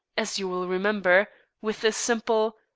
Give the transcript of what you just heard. as you will remember, with a simple,